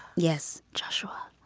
yes. joshua.